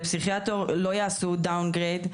לפסיכיאטר לא יעשו Downgrade.